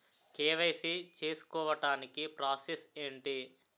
KYC చేసుకోవటానికి process ఏంటి?